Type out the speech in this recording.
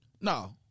No